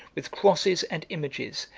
with crosses and images,